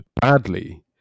badly